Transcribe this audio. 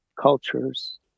cultures